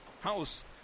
House